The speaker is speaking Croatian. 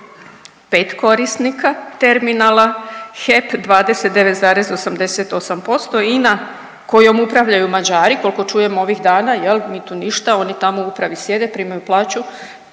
pet korisnika terminala, HEP 29,88%, INA kojom upravljaju Mađari koliko čujem ovih dana jel, mi tu ništa oni tamo u upravi sjede primaju plaću